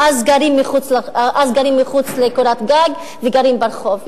אז גרים מחוץ לקורת-גג וגרים ברחוב.